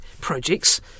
projects